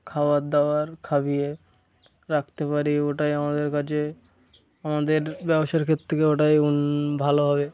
খাবার দাবার খাইয়ে রাখতে পারি ওটাই আমাদের কাছে আমাদের ব্যবসার ক্ষেত্র থেকে ওটাই উন ভালো হবে